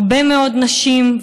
הרבה מאוד נשים,